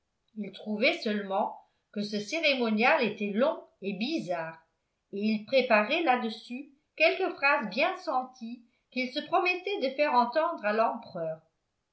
il trouvait seulement que ce cérémonial était long et bizarre et il préparait là-dessus quelques phrases bien senties qu'il se promettait de faire entendre